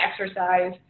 exercise